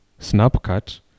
Snapchat